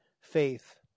faith